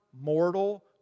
mortal